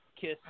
KISS